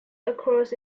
across